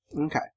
Okay